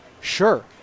Sure